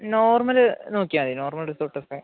normal നോക്കിയാൽ മതി normal റിസോർട്ടൊക്കെ